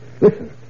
Listen